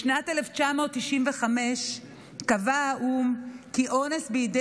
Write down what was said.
בשנת 1995 קבע האו"ם כי אונס בידי